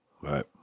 Right